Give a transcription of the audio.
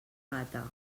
gata